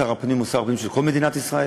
שר הפנים הוא שר הפנים של כל מדינת ישראל